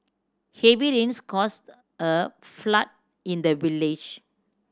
heavy rains caused a flood in the village